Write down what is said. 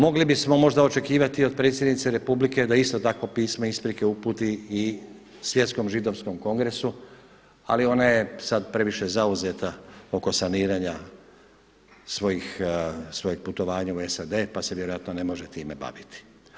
Mogli bismo možda očekivati od predsjednice Republike da isto takvo pismo isprike uputi i Svjetskog židovskom kongresu, ali ona je sad previše zauzeta oko saniranja svojeg putovanja u SAD pa se vjerojatno ne može time baviti.